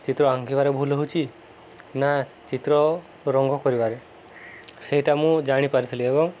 ଚିତ୍ର ଆଙ୍କିବାରେ ଭୁଲ ହଉଛି ନା ଚିତ୍ର ରଙ୍ଗ କରିବାରେ ସେଇଟା ମୁଁ ଜାଣିପାରିଥିଲି ଏବଂ